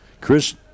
Chris